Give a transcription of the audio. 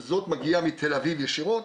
זאת מגיעה מתל אביב ישירות,